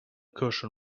cushion